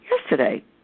yesterday